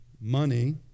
money